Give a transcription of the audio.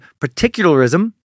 particularism